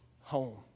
home